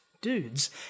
dudes